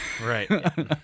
Right